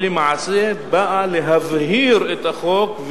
היא למעשה באה להבהיר את החוק,